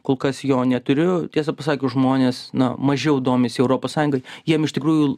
kol kas jo neturiu tiesą pasakius žmonės nu mažiau domisi europos sąjungai jiem iš tikrųjų